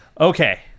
Okay